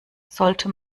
sollte